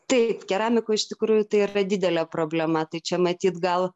taip keramikoj iš tikrųjų tai yra didelė problema tai čia matyt gal